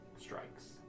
strikes